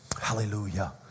Hallelujah